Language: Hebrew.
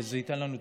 זה ייתן לנו,